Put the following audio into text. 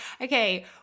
okay